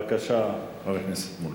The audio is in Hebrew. חבר הכנסת מולה,